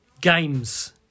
Games